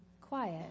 quiet